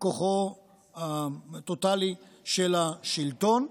כוחו הטוטלי של השלטון,